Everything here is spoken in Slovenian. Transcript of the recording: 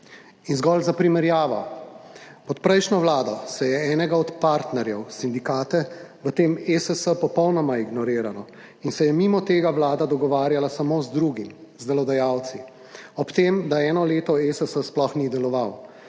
In zgolj za primerjavo, pod prejšnjo vlado se je enega od partnerjev, sindikate, v tem ESS popolnoma ignoriralo in se je mimo tega vlada dogovarjala samo z drugim, z delodajalci, ob tem, da eno leto ESS sploh ni deloval,